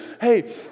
Hey